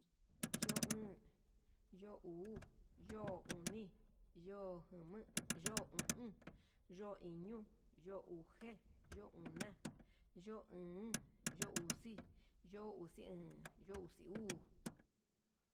Yo o'on, yo'o uu, yo'o oni, yo'o jama, yo'o o'on, yo'o iño, yo'o ujé, yo'o una, yo'o óón, yo'o uxi, yo'o uxi aan, yo'o uxi uu.